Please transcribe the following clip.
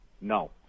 No